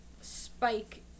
spike